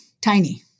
tiny